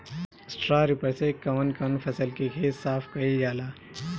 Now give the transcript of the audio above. Straw reaper से कवन कवनी फसल के खेत साफ कयील जाला?